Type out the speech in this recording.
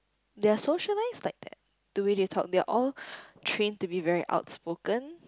they are socialised like that the way they talk they are all trained to be very outspoken